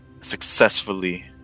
successfully